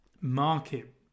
market